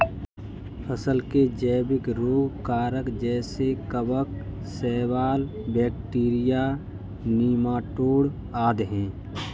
फसल के जैविक रोग कारक जैसे कवक, शैवाल, बैक्टीरिया, नीमाटोड आदि है